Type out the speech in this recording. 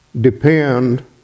depend